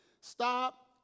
Stop